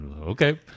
Okay